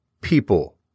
people